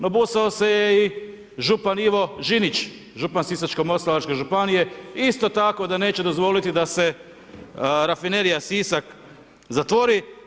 No, busao se je i župan Ivo Žinić, župan Sisačko-moslavačke županije isto tako da neće dozvoliti da se Rafinerija Sisak zatvori.